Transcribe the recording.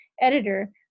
editor